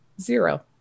Zero